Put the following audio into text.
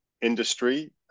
industry